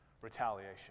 retaliation